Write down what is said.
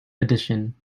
edition